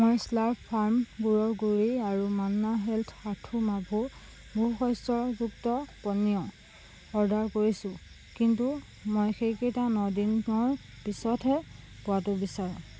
মই Slurrp Farm গুড়ৰ গুড়ি আৰু মান্না হেল্থ সাথু মাভু বহুশস্যযুক্ত পনীয় অৰ্ডাৰ কৰিছোঁ কিন্তু মই সেইকেইটা ন দিনৰ পিছতহে পোৱাটো বিচাৰোঁ